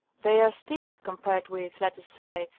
they are stiff com pared with, let us say,